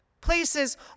places